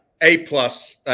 A-plus